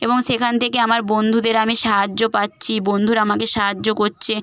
এবং সেখান থেকে আমার বন্ধুদের আমি সাহায্য পাচ্ছি বন্ধুরা আমাকে সাহায্য করছে